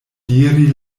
diri